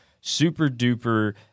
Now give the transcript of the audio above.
super-duper